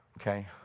okay